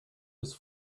was